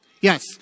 Yes